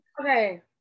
okay